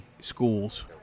schools